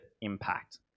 impact